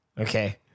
Okay